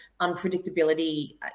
unpredictability